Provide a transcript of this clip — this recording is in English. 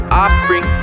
offspring